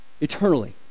eternally